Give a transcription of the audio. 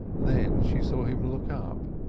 then she saw him look up,